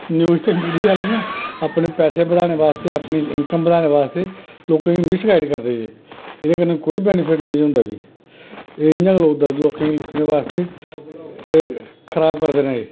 news ते media आह्ले न अपने पैसे बधाने आस्तै इंकम बधाने आस्तै लोकें ई मिस्गाइड़ करदे एह्दे कन्नै कोई बैनिफिट निं होंदा एह् इयां गै लोकें ई एह् खराब करदे न